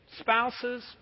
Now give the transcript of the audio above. spouses